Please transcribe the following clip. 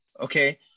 okay